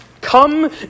Come